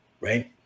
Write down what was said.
right